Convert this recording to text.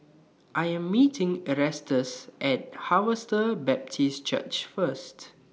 I Am meeting Erastus At Harvester Baptist Church First